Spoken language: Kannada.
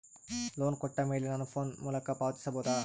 ಲೋನ್ ಕೊಟ್ಟ ಮೇಲೆ ನಾನು ಫೋನ್ ಮೂಲಕ ಪಾವತಿಸಬಹುದಾ?